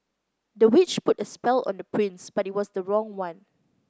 the witch put a spell on the prince but it was the wrong one